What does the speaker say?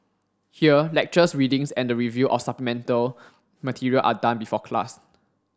here lectures readings and the review of supplemental material are done before class